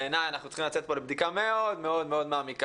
בעיניי אנחנו צריכים לצאת פה לבדיקה מאוד מאוד מעמיקה.